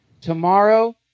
Tomorrow